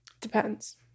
depends